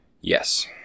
Yes